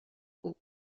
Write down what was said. haut